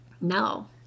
No